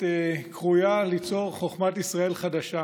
קרויה ליצור 'חוכמת ישראל' חדשה,